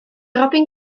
robin